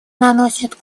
наносит